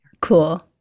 cool